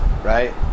Right